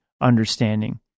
understanding